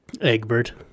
Egbert